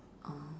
oh